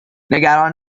نگران